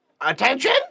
Attention